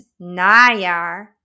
najaar